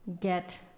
get